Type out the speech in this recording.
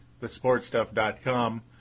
thesportstuff.com